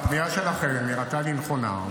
הפנייה שלכן נראתה לי נכונה,